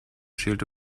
schielte